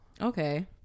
Okay